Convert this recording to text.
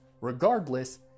regardless